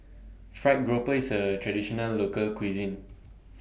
Fried Grouper IS A Traditional Local Cuisine